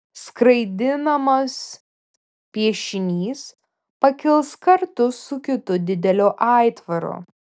skraidinamas piešinys pakils kartu su kitu dideliu aitvaru